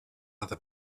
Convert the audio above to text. other